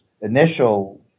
initial